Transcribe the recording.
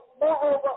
moreover